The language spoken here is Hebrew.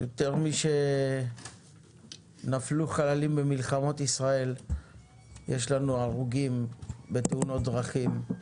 יותר משנפלו חיילים במלחמות ישראל יש לנו הרוגים בתאונות דרכים.